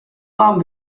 mám